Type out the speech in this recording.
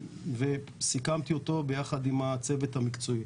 וסיכמתי אותו ביחד עם הצוות המקצועי.